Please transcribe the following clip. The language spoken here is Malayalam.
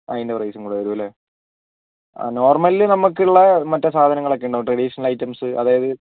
അതിൻ്റെ പ്രൈസും കൂടെ വരും അല്ലേ ആ നോർമലിൽ നമുക്കുള്ള മറ്റേ സാധനങ്ങൾ ഒക്കെ ഉണ്ടാകും ട്രഡീഷണൽ ഐറ്റംസ് അതായത്